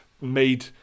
made